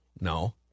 No